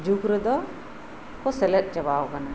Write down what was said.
ᱡᱩᱜ ᱨᱮᱫᱚ ᱠᱚ ᱥᱮᱞᱮᱫ ᱪᱟᱵᱟ ᱟᱠᱟᱱᱟ